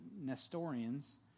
Nestorians